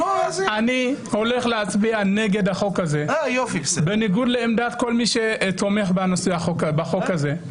אני הולך להצביע נגד החוק הזה בניגוד לעמדת כל מי שתומך בחוק הזה,